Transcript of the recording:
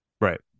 Right